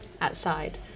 outside